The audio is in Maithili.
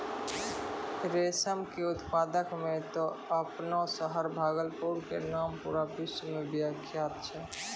रेशम के उत्पादन मॅ त आपनो शहर भागलपुर के नाम पूरा विश्व मॅ विख्यात छै